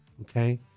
Okay